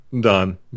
done